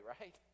right